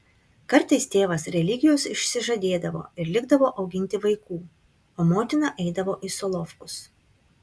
kartais tėvas religijos išsižadėdavo ir likdavo auginti vaikų o motina eidavo į solovkus